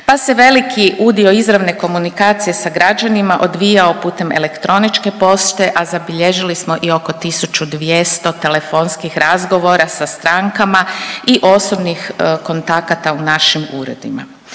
pa se veliki dio udio izravne komunikacije sa građanima odvijao putem elektroničke pošte, a zabilježili smo i oko 1200 telefonskih razgovora sa strankama i osobnih kontakata u našim uredima.